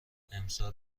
امسال